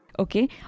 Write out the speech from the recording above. Okay